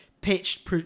pitched